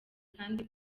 kandi